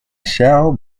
shall